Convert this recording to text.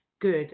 good